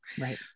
Right